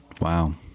Wow